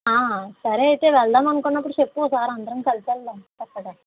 సరే అయితే వెళ్దాం అనుకున్నప్పుడు చెప్పు ఓసారి అందరం కలిసి వెళ్దాం తప్పకుండా